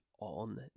on